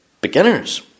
beginners